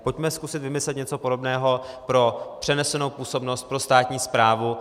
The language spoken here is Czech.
Pojďme zkusit vymyslet něco podobného pro přenesenou působnost pro státní správu.